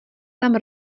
tam